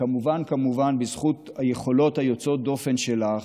וכמובן כמובן בזכות היכולות יוצאות הדופן שלך,